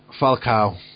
Falcao